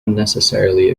unnecessarily